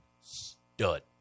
stud